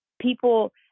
people